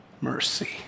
mercy